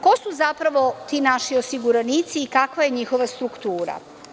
Ko su zapravo ti naši osiguranici i kakva je njihova struktura?